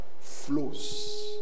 flows